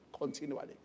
continually